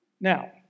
Now